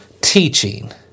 teaching